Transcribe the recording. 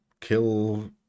kill